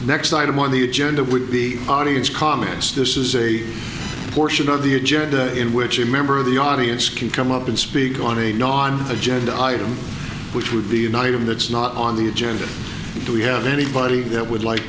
next item on the agenda would be audience comments this is a portion of the agenda in which a member of the audience can come up and speak on a non agenda item which would be an item that's not on the agenda do we have anybody that would like